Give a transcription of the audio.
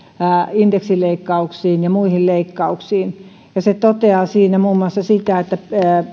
indeksileikkauksiin ja muihin leikkauksiin se toteaa siinä muun muassa